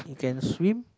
you can swim